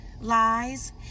lies